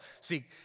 See